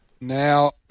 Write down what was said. Now